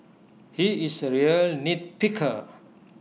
he is A real nitpicker